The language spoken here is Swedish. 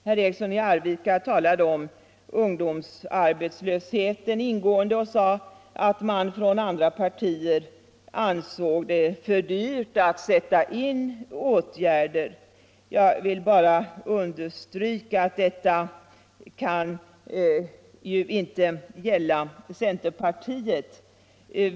Herr Eriksson i Arvika talade ingående om ungdomsarbetslösheten och sade att man från andra partier än folkpartiet ansåg det för dyrt att sätta in åtgärder. Jag vill bara understryka att detta ju inte kan gälla centerpartiet.